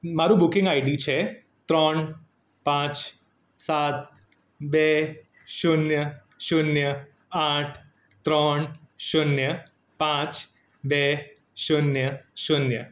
મારું booking ID છે ત્રણ પાંચ સાત બે શૂન્ય શૂન્ય આઠ ત્રણ શૂન્ય પાંચ બે શૂન્ય શૂન્ય